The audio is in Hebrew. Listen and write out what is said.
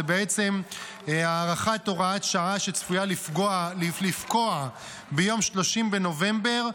זו בעצם הארכת הוראת שעה שצפויה לפקוע ביום 30 בנובמבר.